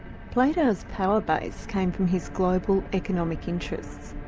plato's power base came from his global economic interests.